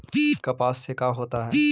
कपास से का होता है?